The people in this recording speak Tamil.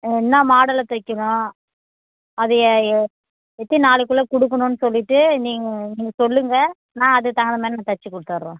என்ன மாடலில் தைக்கிணும் அது எ எ எத்தின் நாளைக்குள்ளே கொடுக்கணும்னு சொல்லிவிட்டு நீங் நீங்கள் சொல்லுங்கள் நான் அதுக்கு தகுந்த மாதிரி நான் தச்சுக் கொடுத்தட்றேன்